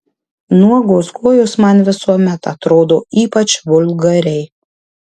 nuogos kojos man visuomet atrodo ypač vulgariai